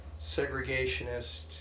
segregationist